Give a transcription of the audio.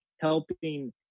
helping